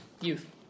youth